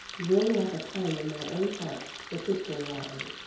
then, like a pang in my own heart, the pistol rang.